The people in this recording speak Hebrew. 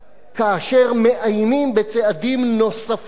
כאשר מאיימים בצעדים נוספים,